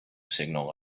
signal